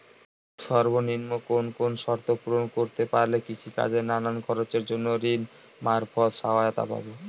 সর্বনিম্ন কোন কোন শর্ত পূরণ করতে পারলে কৃষিকাজের নানান খরচের জন্য ঋণ মারফত সহায়তা পাব?